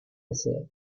deseo